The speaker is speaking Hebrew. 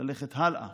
ללכת הלאה